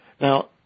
Now